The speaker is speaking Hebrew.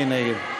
מי נגד?